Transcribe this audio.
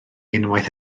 unwaith